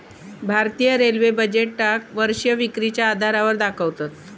भारतीय रेल्वे बजेटका वर्षीय विक्रीच्या आधारावर दाखवतत